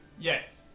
Yes